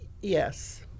yes